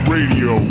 Radio